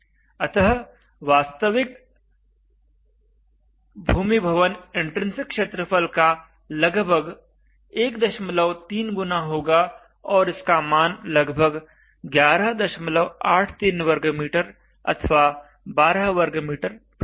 अतः आवश्यक वास्तविक भूमि भवन इन्ट्रिन्सिक क्षेत्रफल का लगभग 13 गुना होगा और इसका मान लगभग 1183 m2 अथवा 12 m2 प्राप्त होता है